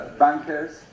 bankers